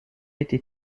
été